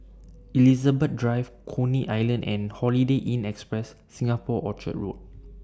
Elizabeth Drive Coney Island and Holiday Inn Express Singapore Orchard Road